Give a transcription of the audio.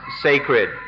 sacred